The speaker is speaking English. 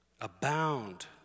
abound